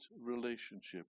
relationship